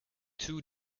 too